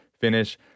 finish